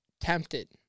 tempted